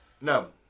No